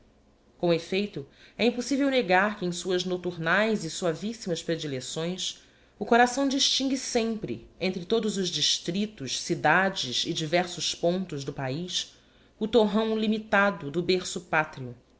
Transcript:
com effeilo é impossível negar que em suas naturaes e suavíssimas predilecções o coração distingue sempre entre todos os districlos cidades e diversos pontos do paiz o torrão limitado do berço palrio